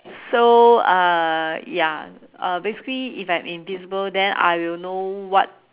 so uh ya uh basically if I'm invisible then I will know what